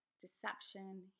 deception